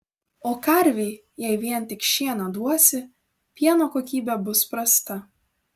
o karvei jei vien tik šieną duosi pieno kokybė bus prasta